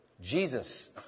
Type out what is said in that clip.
Jesus